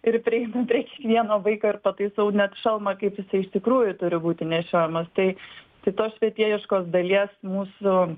ir prieinu prie vieno vaiko ir pataisau net šalmą kaip jisai iš tikrųjų turi būti nešiojamas tai tai tos švietėjiškos dalies mūsų